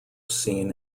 seen